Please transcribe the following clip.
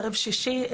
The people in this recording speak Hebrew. ערב שישי,